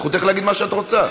זכותך להגיד מה שאת רוצה.